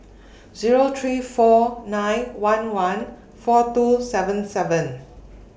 Zero three four nine one one four two seven seven